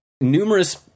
numerous